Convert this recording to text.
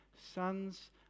sons